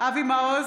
אבי מעוז,